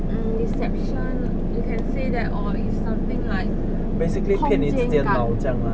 mm deception you can say that or it's something like 空间感